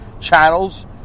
channels